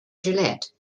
gillette